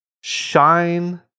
shine